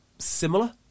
Similar